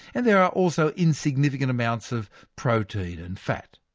and there are also insignificant amounts of protein and fat.